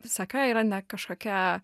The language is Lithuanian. seka yra ne kažkokia